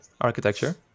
architecture